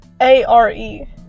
a-r-e